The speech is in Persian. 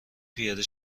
پیاده